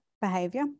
behavior